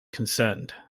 concerned